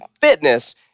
Fitness